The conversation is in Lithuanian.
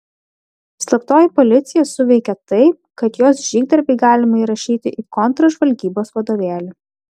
slaptoji policija suveikė taip kad jos žygdarbį galima įrašyti į kontržvalgybos vadovėlį